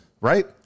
Right